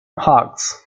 hughes